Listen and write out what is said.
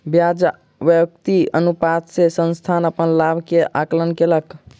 ब्याज व्याप्ति अनुपात से संस्थान अपन लाभ के आंकलन कयलक